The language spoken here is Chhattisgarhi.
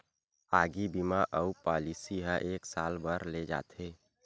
आगी बीमा अउ पॉलिसी ह एक साल बर ले जाथे